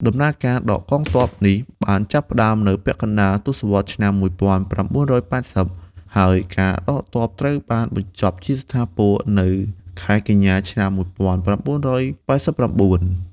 ដំណើរការដកទ័ពនេះបានចាប់ផ្តើមនៅពាក់កណ្តាលទសវត្សរ៍ឆ្នាំ១៩៨០ ហើយការដកទ័ពត្រូវបានបញ្ចប់ជាស្ថាពរនៅខែកញ្ញា ឆ្នាំ១៩៨៩។